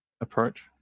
approach